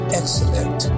excellent